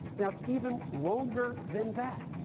now it's even wronger than that,